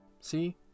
See